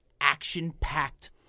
action-packed